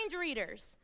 readers